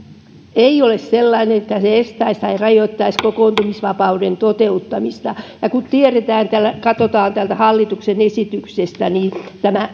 ei ole sellainen että se estäisi tai rajoittaisi kokoontumisvapauden toteuttamista ja kun katsotaan täältä hallituksen esityksestä tämä